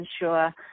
ensure